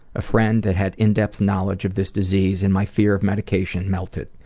a friend that had in depth knowledge of this disease and my fear of medication melted.